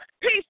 Peace